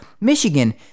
Michigan